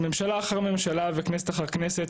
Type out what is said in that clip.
ממשלה אחרי ממשלה וכנסת אחר כנסת,